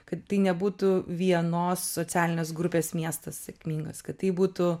kad tai nebūtų vienos socialinės grupės miestas sėkmingas kad tai būtų